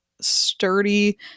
sturdy